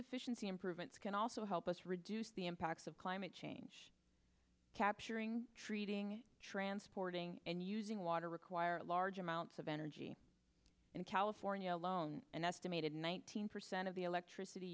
efficiency improvements can also help us reduce the impacts of climate change capturing treating transporting and using water require large amounts of energy in california alone an estimated nineteen percent of the electricity